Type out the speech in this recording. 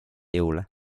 jõule